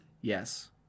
Yes